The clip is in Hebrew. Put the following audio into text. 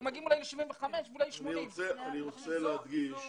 היו מגיעים ל-75 ואולי 80. אני רוצה להדגיש